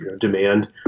demand